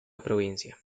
provincia